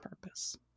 purpose